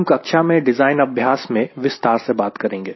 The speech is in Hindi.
हम कक्षा में डिज़ाइन अभ्यास में विस्तार से बात करेंगे